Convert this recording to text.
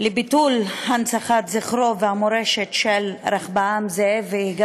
לביטול הנצחת זכרו של רחבעם זאבי והמורשת שלו,